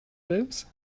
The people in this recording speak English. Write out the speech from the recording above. lives